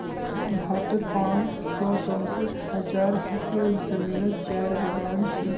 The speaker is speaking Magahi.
भारतोत पाँच सौ चौंसठ हज़ार हेक्टयर ज़मीनोत चायेर बगान छे